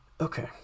okay